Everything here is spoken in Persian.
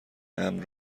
امن